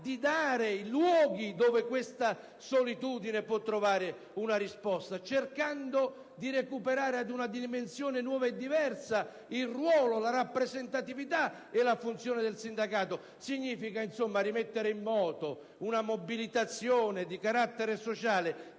di creare i luoghi dove questa solitudine può trovare una risposta, tentando di recuperare in una dimensione nuova e diversa il ruolo, la rappresentatività e la funzione del sindacato. Significa, insomma, rimettere in moto una mobilitazione di carattere sociale